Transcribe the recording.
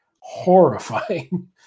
horrifying